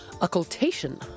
occultation